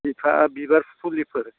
बिफां बिबार फुलिफोर